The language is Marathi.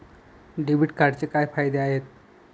डेबिट कार्डचे काय फायदे आहेत?